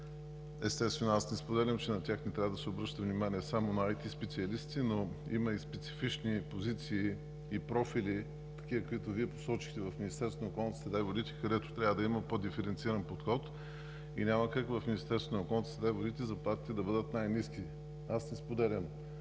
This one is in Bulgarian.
естествено, аз не споделям, че на тях не трябва да се обръща внимание, а само – на IT специалисти, но има и специфични позиции и профили – такива, каквито Вие посочихте в Министерството на околната среда и водите, където трябва да има по-диференциран подход. Няма как в Министерството на околната среда и водите заплатите да бъдат най-ниски. Аз не споделям